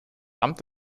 amt